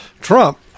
Trump